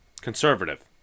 Conservative